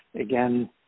again